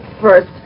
first